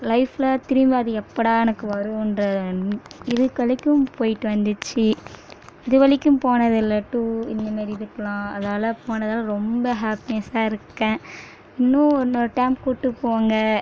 லைஃப்பில் திரும்பி அது எப்படா எனக்கு வரும்ன்ற இது போய்ட்டு வந்துடுச்சு இது வரைக்கும் போனதில் இந்த மாதிரி இதுக்கலாம் அதனால போனதால ரொம்ப ஹேப்பினஸா இருக்கேன் இன்னும் இன்னொரு டைம் கூட்டு போங்க